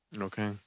Okay